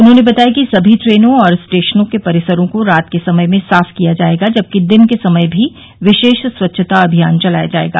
उन्होंने बताया कि सभी ट्रेनों और स्टेशनों के परिसरों को रात के समय में साफ किया जाएगा जबकि दिन के समय भी विशेष स्वच्छता अभियान चलाया जाएगा